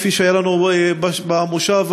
כפי שהיה לנו במושב האחרון.